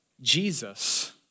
Jesus